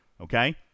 okay